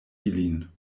ilin